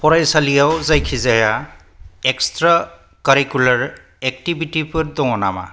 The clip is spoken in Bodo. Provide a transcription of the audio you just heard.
फरायसालियाव जायखिजाया एक्सट्रा कारिकुलार एकटिविटिफोर दङ नामा